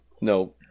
no